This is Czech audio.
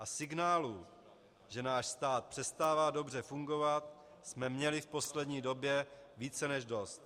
A signálů, že náš stát přestává dobře fungovat, jsme měli v poslední době více než dost.